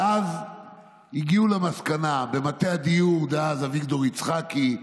ואז הגיעו למסקנה, במטה הדיור דאז, אביגדור יצחקי,